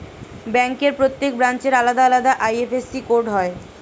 ব্যাংকের প্রত্যেক ব্রাঞ্চের আলাদা আলাদা আই.এফ.এস.সি কোড হয়